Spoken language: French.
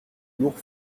lourds